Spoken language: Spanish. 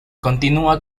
continúa